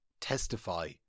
testify